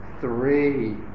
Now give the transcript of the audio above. three